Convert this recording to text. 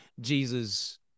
Jesus